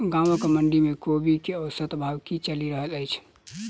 गाँवक मंडी मे कोबी केँ औसत भाव की चलि रहल अछि?